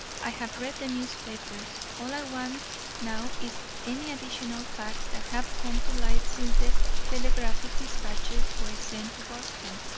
i have read the newspapers all i want now is any additional facts that have come to light since the telegraphic dispatches were sent to boston.